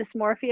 dysmorphia